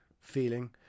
feeling